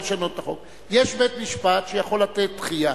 יש בית-משפט שיכול לתת דחייה.